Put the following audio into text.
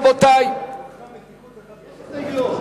רבותי, יש הסתייגויות.